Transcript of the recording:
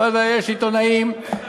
יש עיתונאים,